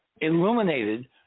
illuminated